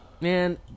Man